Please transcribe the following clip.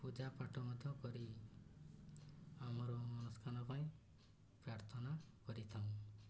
ପୂଜା ପାଠ ମଧ୍ୟ କରି ଆମର ମନସ୍କାମନା ପାଇଁ ପ୍ରାର୍ଥନା କରିଥାଉ